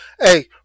Hey